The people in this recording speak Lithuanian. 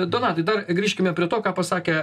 donatai dar grįžkime prie to ką pasakė